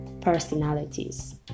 personalities